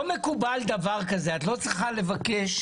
לא מקובל דבר כזה, את לא צריכה לבקש.